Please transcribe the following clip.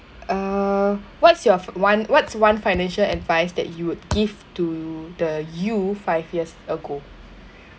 err what's your one what's one financial advice that you would give to the you five years ago